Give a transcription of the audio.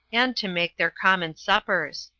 and to make their common suppers.